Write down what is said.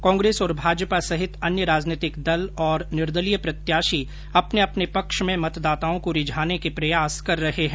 कांग्रेस और भाजपा सहित अन्य राजनैतिक दल और निर्दलीय प्रत्याशी अपने अपने पक्ष में मतदाताओं को रिझाने के प्रयास कर रहे हैं